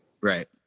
right